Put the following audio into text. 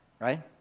Right